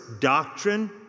doctrine